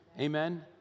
Amen